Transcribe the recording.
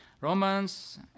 Romans